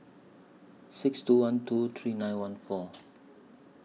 six two one two three nine one four